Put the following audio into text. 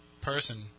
person